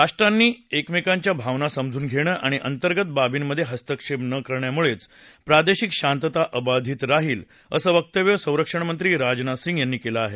राष्ट्रांनी एकमेकांच्या भावना समजून घेणं आणि अंतर्गत बाबींमध्ये हस्तक्षेप नं करण्यामुळेच प्रादेशिक शांतता अबाधित राहील असं वक्तव्य संरक्षण मंत्री राजनाथ सिंग यांनी केलं आहे